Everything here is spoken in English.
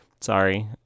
Sorry